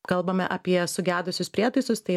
kalbame apie sugedusius prietaisus tai